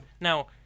Now